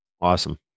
awesome